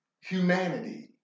humanity